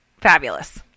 fabulous